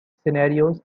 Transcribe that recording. scenarios